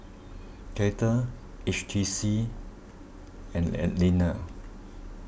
Kettle H T C and Anlene